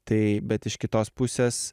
tai bet iš kitos pusės